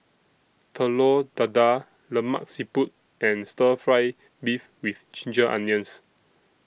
Telur Dadah Lemak Siput and Stir Fry Beef with Ginger Onions